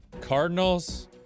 Cardinals